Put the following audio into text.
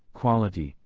quality,